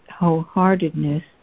wholeheartedness